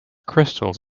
crystals